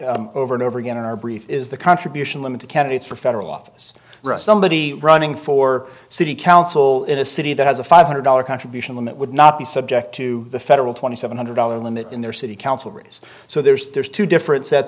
about over and over again in our brief is the contribution limit to candidates for federal office somebody running for city council in a city that has a five hundred dollar contribution limit would not be subject to the federal twenty seven hundred dollar limit in their city council raise so there's there's two different sets